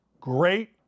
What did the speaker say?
great